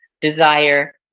desire